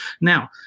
now